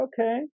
okay